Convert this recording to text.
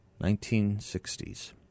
1960s